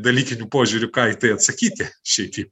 dalykiniu požiūriu ką į tai atsakyti šiaip ji